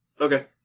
Okay